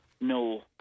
no